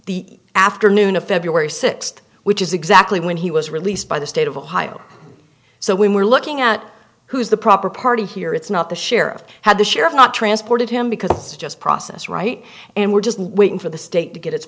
the afternoon of february sixth which is exactly when he was released by the state of ohio so we were looking at who is the proper party here it's not the sheriff had the sheriff not transported him because just process right and we're just waiting for the state to